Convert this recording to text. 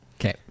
Okay